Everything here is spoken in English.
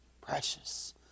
Precious